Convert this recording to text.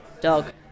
Dog